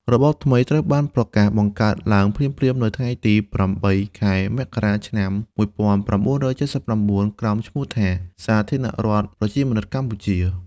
របបថ្មីត្រូវបានប្រកាសបង្កើតឡើងភ្លាមៗនៅថ្ងៃទី ៨ ខែមករា ឆ្នាំ ១៩៧៩ ក្រោមឈ្មោះថា "សាធារណរដ្ឋប្រជាមានិតកម្ពុជា"។